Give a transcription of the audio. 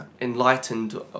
enlightened